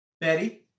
Betty